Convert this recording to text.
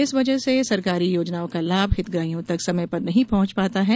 इस वजह से सरकारी योजनाओं का लाभ हितग्राहियों तक समय पर नहीं पहँच पाता है